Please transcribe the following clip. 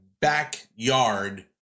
backyard